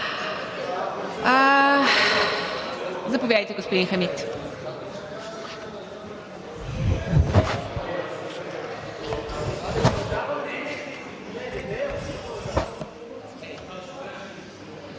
Заповядайте, господин Хамид.